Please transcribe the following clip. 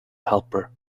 helper